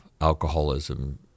alcoholism